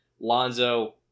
Lonzo